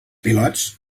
pilots